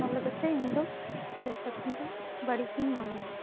ᱚᱱᱟ ᱞᱟᱜᱤᱫᱼᱛᱮ ᱤᱧᱫᱚ ᱰᱟᱥᱴᱵᱤᱱ ᱫᱚ ᱵᱟᱹᱲᱤᱡ ᱤᱧ ᱢᱚᱱᱮᱭᱟ